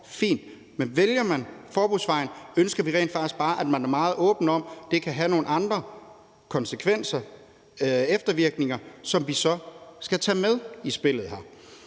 det, og det er den vej, det går, det er fint – så også er meget åben om, at det kan have nogle andre konsekvenser, eftervirkninger, som man så skal tage med i spillet her.